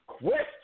Question